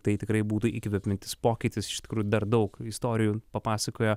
tai tikrai būtų įkvepiantis pokytis iš tikrųjų dar daug istorijų papasakojo